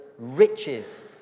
riches